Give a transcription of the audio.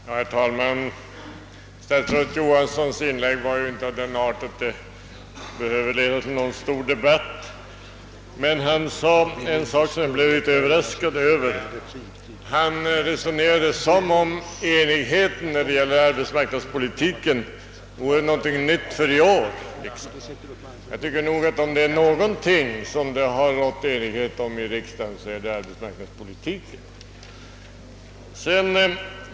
Herr talman! Statsrådet Johanssons inlägg var inte av den arten att det behöver föranleda någon större debatt. Han gjorde emellertid ett uttalande som överraskade mig. Statsrådet resonerade nämligen som om enigheten i fråga om arbetsmarknadspolitiken vore någonting nytt för i år, men jag tycker att om det är någonting som det har rått enighet om i riksdagen är det arbetsmarknadspolitiken.